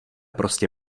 prostě